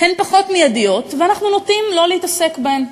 הן פחות מיידיות ואנחנו נוטים לא להתעסק בהן.